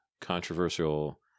controversial